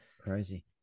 Crazy